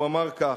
הוא אמר כך: